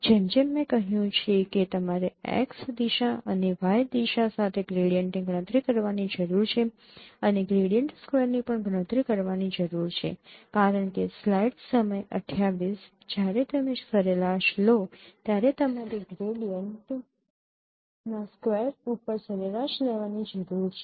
જેમ જેમ મેં કહ્યું છે કે તમારે x દિશા અને y દિશા સાથે ગ્રેડીંટની ગણતરી કરવાની જરૂર છે અને ગ્રેડીંટ સ્કવેરની પણ ગણતરી કરવાની જરૂર છે કારણ કે સ્લાઇડ સમય૨૮00 જ્યારે તમે સરેરાશ લો ત્યારે તમારે ગ્રેડીંટ ના સ્કવેર ઉપર સરેરાશ લેવાની જરૂર છે